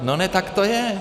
No ne, tak to je.